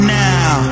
now